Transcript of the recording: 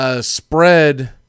spread